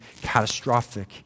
catastrophic